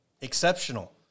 exceptional